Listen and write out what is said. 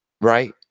Right